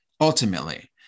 ultimately